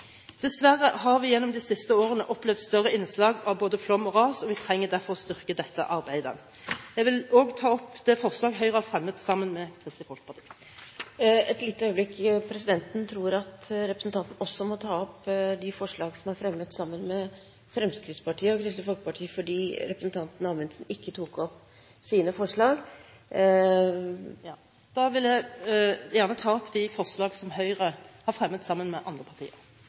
Dessverre har vi gjennom de siste årene opplevd større innslag av både flom og ras, og vi trenger derfor å styrke dette arbeidet. Jeg vil til slutt ta opp de forslag Høyre har fremmet sammen med Kristelig Folkeparti. Et lite øyeblikk – presidenten tror at representanten også må ta opp de forslag som er fremmet sammen med Fremskrittspartiet og Kristelig Folkeparti, fordi representanten Amundsen ikke tok opp Fremskrittspartiets forslag. Da vil jeg ta opp de forslag som Høyre har fremmet sammen med andre partier.